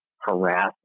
harass